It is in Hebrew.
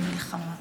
במלחמה.